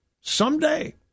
someday